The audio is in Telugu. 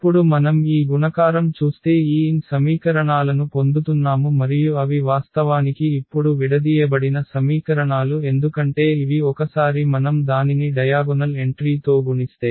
ఇప్పుడు మనం ఈ గుణకారం చూస్తే ఈ n సమీకరణాలను పొందుతున్నాము మరియు అవి వాస్తవానికి ఇప్పుడు విడదీయబడిన సమీకరణాలు ఎందుకంటే ఇవి ఒకసారి మనం దానిని డయాగొనల్ ఎంట్రీ తో గుణిస్తే